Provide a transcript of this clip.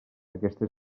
aquesta